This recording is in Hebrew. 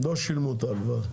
לא שילמו את ההלוואה.